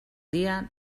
dia